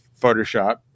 Photoshop